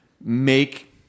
make